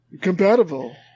Compatible